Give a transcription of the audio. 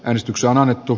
äänestys on annettu